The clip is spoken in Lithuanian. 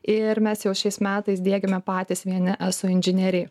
ir mes jau šiais metais diegiame patys vieni eso inžineriai